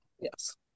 Yes